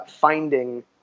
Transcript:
finding